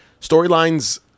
storylines